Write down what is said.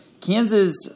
Kansas